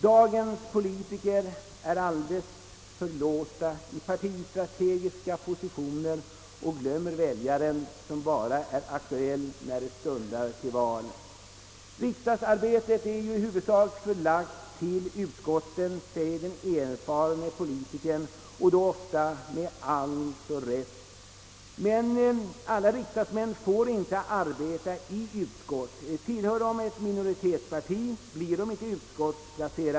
Dagens politiker är ofta alltför låsta i partistrategiska positioner och glömmer väljaren, som bara är aktuell när det stundar till val. Riksdagsarbetet är i huvudsak förlagt till utskotten, säger den erfarne politikern — ofta med all rätt. Men alla riksdagsmän får inte arbeta i utskott; de som tillhör ett minoritetsparti får ingen utskottsplats.